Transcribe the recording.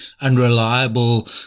unreliable